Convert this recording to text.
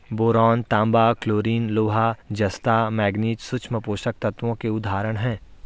boron, तांबा, chlorine, लोहा, जस्ता, मैंगनीज सूक्ष्म पोषक तत्वों के उदाहरण हैं